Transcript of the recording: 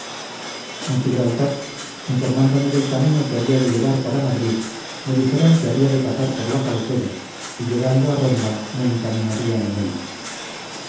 en gibraltar informándome del camino que había de llevar para madrid me dijeron que había de pasar por la sauceda y llegando a ronda me encaminarían en él